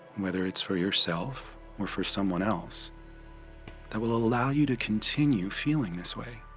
whether it's for yourself or for someone else that will allow you to continue feeling this way.